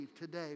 today